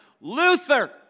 Luther